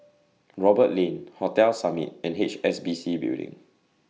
Roberts Lane Hotel Summit and H S B C Building